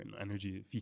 Energy